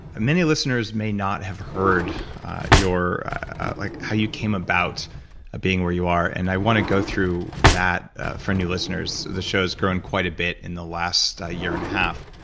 many listeners may not have heard like how you came about being where you are. and i want to go through that for new listeners. the show's grown quite a bit in the last year and a half.